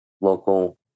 local